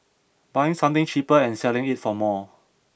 buying something cheaper and selling it for more